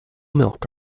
milk